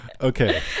Okay